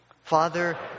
Father